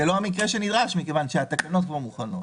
זה לא המקרה שנדרש, מכיוון שהתקנות כבר מוכנות.